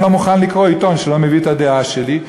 לא מוכן לקרוא עיתון שלא מביא את הדעה שלי.